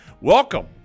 welcome